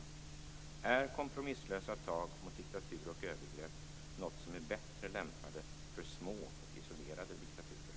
Är kompromisslösa tag mot diktatur och övergrepp något som bättre lämpas för små och isolerade diktaturer?